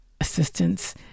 assistance